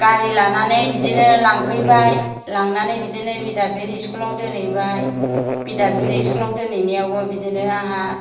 गारि लानानै बिदिनो लांफैबाय लांनानै बिदिनो बिद्दाफिद इस्कुलाव दोनहैबाय बिद्दाफिद इस्कुलाव दोनहैनायावबो बिदिनो आंहा